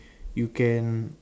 you can